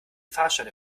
fahrscheine